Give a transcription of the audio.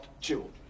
children